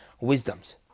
wisdoms